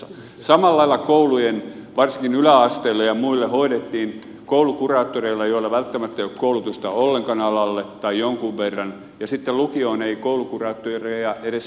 samalla lailla koulujen asioita varsinkin yläasteilla ja muilla hoidettiin koulukuraattoreilla joilla välttämättä ei ole koulutusta ollenkaan alalle tai on jonkun verran ja sitten lukioon ei koulukuraattoreita edes päästetä